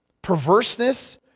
perverseness